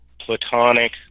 platonic